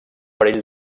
perill